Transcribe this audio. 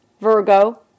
Virgo